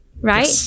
right